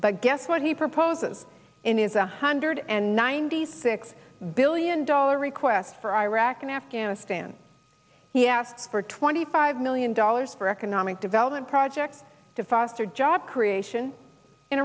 but guess what he proposes in is a hundred and ninety six billion dollars request for iraq and afghanistan he asked for twenty five million dollars for economic development projects to foster job creation in